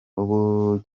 ubu